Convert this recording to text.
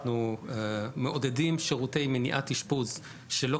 אנחנו מעודדים שירותי מניעת אשפוז שלא